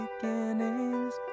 beginning's